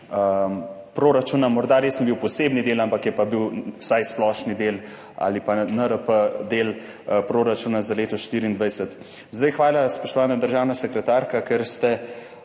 proračuna. Morda res ni bil posebni del, ampak je pa bil vsaj splošni del ali pa NRP del proračuna za leto 2024. Hvala, spoštovana državna sekretarka, ker ste